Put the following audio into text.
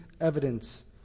evidence